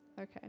Okay